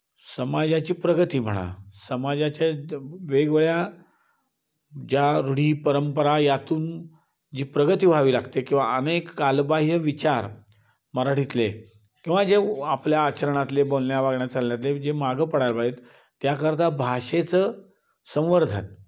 समाजाची प्रगती म्हणा समाजाच्या वेगवेगळ्या ज्या रूढी परंपरा यातून जी प्रगती व्हावी लागते किंवा अनेक कालबाह्य विचार मराठीतले किंवा जे आपल्या आचरणातले बोलण्या वागण्या चालण्यातले जे मागं पडायला पाहिजेत त्याकरता भाषेचं संवर्धन